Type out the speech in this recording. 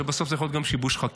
ובסוף זה יכול להיות גם שיבוש חקירה.